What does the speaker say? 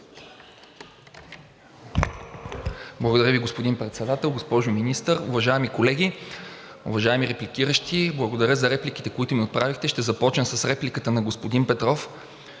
Благодаря Ви, господин Председател. Госпожо Министър, уважаеми колеги! Уважаеми репликиращи, благодаря за репликите, които ми отправихте. Ще започна с репликата на господин Петров.